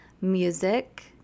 music